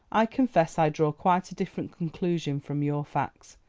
i confess i draw quite a different conclusion from your facts.